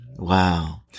Wow